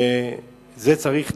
זה צריך תיקון,